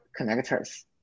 connectors